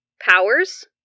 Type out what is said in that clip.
Powers